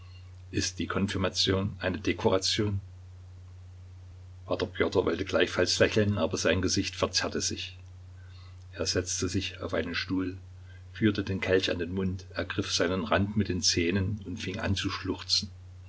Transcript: ist die konfirmation eine dekoration p pjotr wollte gleichfalls lächeln aber sein gesicht verzerrte sich er setzte sich auf einen stuhl führte den kelch an den mund ergriff seinen rand mit den zähnen und fing an zu schluchzen